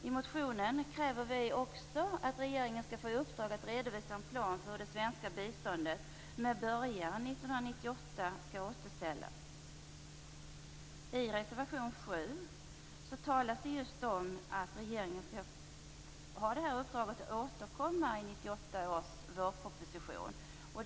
I motionen kräver vi också att regeringen skall få i uppdrag att redovisa en plan för hur nivån på det svenska biståndet, med början 1998, skall återställas. Reservation 7 handlar just om att regeringen skall ha det här uppdraget och återkomma i 1998 års vårproposition.